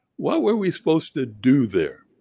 what were we supposed to do there?